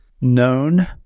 known